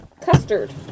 custard